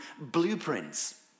blueprints